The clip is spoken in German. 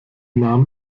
nahm